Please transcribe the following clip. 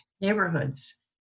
neighborhoods